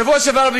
בשבוע שעבר,